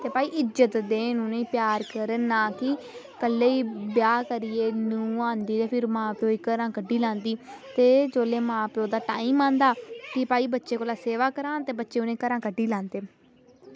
ते भई इज्जत देन उनेंगी प्यार करन ना की कल्लै ई ब्याह् करियै नूहां आदिया ते फ्ही मां प्योऽ गी बाहर कड्ढदी ते जेल्लै मां प्योऽ दा टैम आंदा की भई बच्चें कोला सेवा करांऽ ते बच्चे घरा बाहर कड्ढी लैंदे न